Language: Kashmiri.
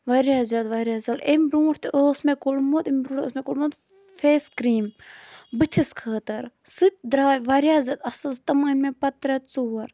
واریاہ زیادٕ واریاہ زیادٕ امہِ بُرونٛٹھ تہِ اوس مےٚ کوٚڑمُت امہِ بُرونٛٹھ اوس مےٚ کوٚڑمُت فیس کِریٖم بٕتھِس خٲطرٕ سُہ تہِ درٛاے واریاہ زیادٕ اصل تم انۍ مےٚ پتہٕ ترٛےٚ ژور